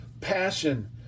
Passion